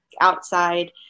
outside